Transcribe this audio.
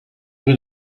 rue